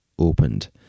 Opened